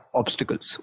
obstacles